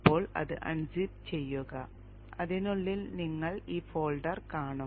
ഇപ്പോൾ അത് അൺസിപ്പ് ചെയ്യുക അതിനുള്ളിൽ നിങ്ങൾ ഈ ഫോൾഡർ കാണും